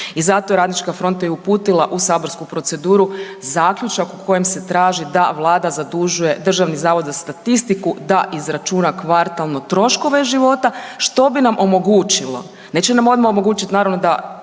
I zato je Radnička fronta i uputila u saborsku proceduru zaključak u kojem se traži da Vlada zadužuje Državni zavod za statistiku, da izračuna kvartalno troškove života što bi nam omogućilo neće nam omogućiti naravno da